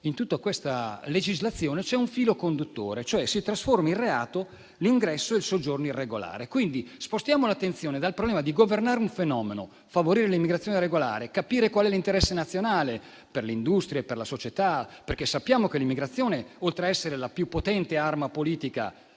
in tutta questa legislazione c'è un filo conduttore, ossia si trasformano in reato l'ingresso e il soggiorno irregolare. Quindi, spostiamo l'attenzione dal problema di governare un fenomeno, di favorire l'immigrazione regolare e di capire qual è l'interesse nazionale, per l'industria e per la società. Sappiamo che l'immigrazione, oltre a essere la più potente arma politica